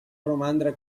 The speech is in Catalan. romandre